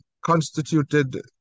constituted